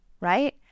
right